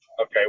Okay